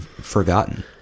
forgotten